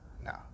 No